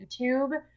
youtube